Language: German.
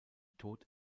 tod